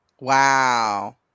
Wow